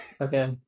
Okay